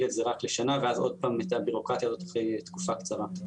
את זה רק לשנה ואז עוד פעם את הבירוקרטיה הזאת אחרי תקופה קצרה.